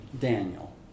Daniel